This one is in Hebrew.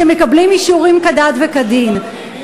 שמקבלים אישורים כדת וכדין.